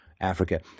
Africa